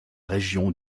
région